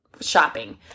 shopping